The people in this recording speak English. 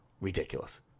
ridiculous